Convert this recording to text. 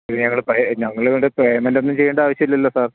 ഞങ്ങൾ പഴയ ഞങ്ങളെ ഇവിടെ പേയ്മെൻറ്റ് ഒന്നും ചെയ്യേണ്ട ആവശ്യമില്ലല്ലോ സർ